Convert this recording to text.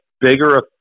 bigger